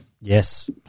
Yes